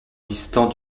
distant